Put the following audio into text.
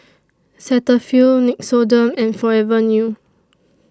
Cetaphil Nixoderm and Forever New